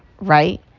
right